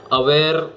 aware